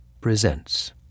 presents